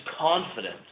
confident